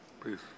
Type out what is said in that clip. Please